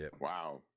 Wow